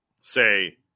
say